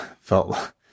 felt